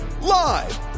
Live